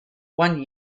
one